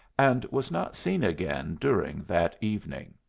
and was not seen again during that evening.